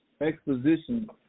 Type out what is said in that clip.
exposition